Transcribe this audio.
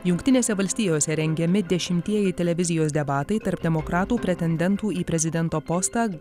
jungtinėse valstijose rengiami dešimtieji televizijos debatai tarp demokratų pretendentų į prezidento postą